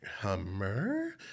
Hummer